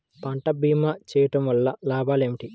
పంట భీమా చేయుటవల్ల లాభాలు ఏమిటి?